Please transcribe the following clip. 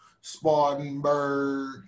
Spartanburg